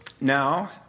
now